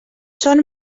són